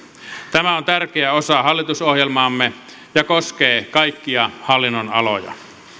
tämä on tärkeä osa hallitusohjelmaamme ja koskee kaikkia hallinnonaloja